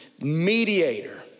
mediator